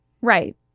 Right